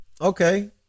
Okay